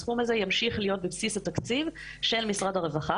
הסכום הזה ימשיך להיות בבסיס התקציב של משרד הרווחה